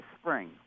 spring